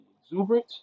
exuberant